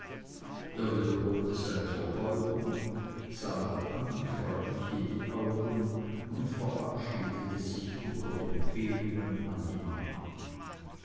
er wiederholte seine verbeugung sah noch annie freundlich in die augen und verabschiedete sich unter empfehlungen an die mama